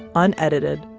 unedited,